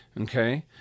Okay